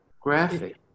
graphic